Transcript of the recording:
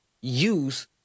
use